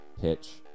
pitch